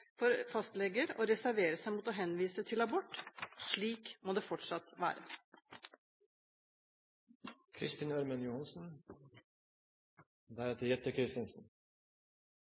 for fastleger å reservere seg mot å henvise til abort. Slik må det fortsatt